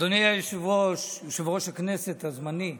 אדוני היושב-ראש, יושב-ראש הכנסת הזמני.